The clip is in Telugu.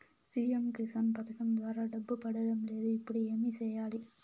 సి.ఎమ్ కిసాన్ పథకం ద్వారా డబ్బు పడడం లేదు ఇప్పుడు ఏమి సేయాలి